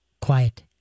quiet